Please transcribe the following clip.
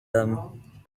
them